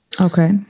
Okay